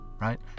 right